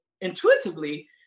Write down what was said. intuitively